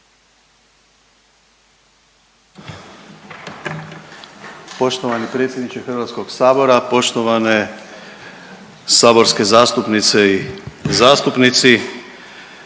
Poštovani predsjedniče Hrvatskog sabora, poštovane saborske zastupnice i zastupnici,